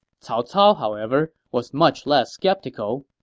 cao cao, however, was much less skeptical.